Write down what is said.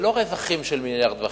זה לא רווחים של 1.5 מיליארד.